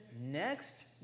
next